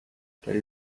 tell